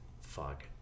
fuck